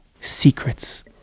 secrets